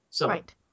Right